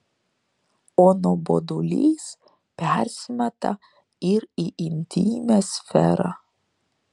o nuobodulys persimeta ir į intymią sferą